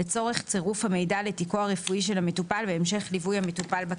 לצורך צירוף המידע לתיקו הרפואי של המטופל והמשך ליווי המטופל בקהילה."